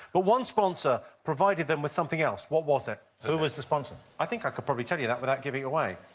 but one sponsor provided them with something else. what was it? who was the sponsor? i think i could probably tell you that without giving it away.